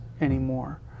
anymore